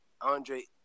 Andre